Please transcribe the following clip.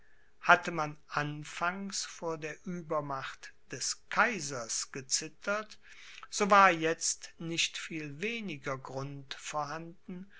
hatte man anfangs vor der uebermacht des kaisers gezittert so war jetzt nicht viel weniger grund vorhanden